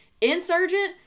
Insurgent